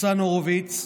ניצן הורוביץ,